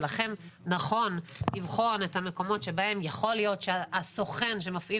ולכן נכון לבחון את המקומות שבהם יכול להיות שהסוכן שמפעיל